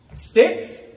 Sticks